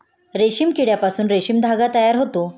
रेशीम किड्यापासून रेशीम धागा तयार होतो